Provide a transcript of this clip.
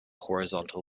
horizontal